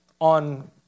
on